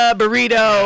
burrito